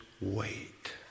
wait